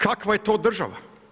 Kakva je to država?